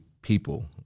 People